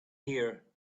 here